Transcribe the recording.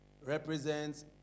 represents